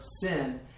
sin